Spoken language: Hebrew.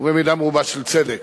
ובמידה מרובה של צדק.